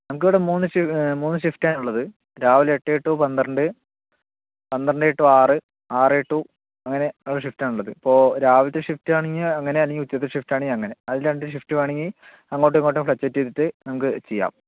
നമുക്ക് ഇവിടെ മൂന്നു മൂന്നു ഷിഫ്റ്റ് ആണ് ഉള്ളത് രാവിലെ എട്ട് ടു പന്ത്രണ്ട് പന്ത്രണ്ട് ടു ആറ് ആറ് ടു അങ്ങനെ ഉള്ള ഷിഫ്റ്റ് ആണ് ഉള്ളത് ഇപ്പോൾ രാവിലത്തെ ഷിഫ്റ്റ് ആണെങ്കിൽ അങ്ങനെ അല്ലെങ്കിൽ ഉച്ചയ്ക്കത്തെ ഷിഫ്റ്റ് ആണെങ്കിൽ അങ്ങനെ അതിൽ രണ്ടു ഷിഫ്റ്റ് വേണമെങ്കിൽ അങ്ങോട്ടും ഇങ്ങോട്ടും ഫള്കച്ചുവേറ്റ് ചെയ്തിട്ട് നമുക്ക് ചെയ്യാം